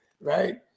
right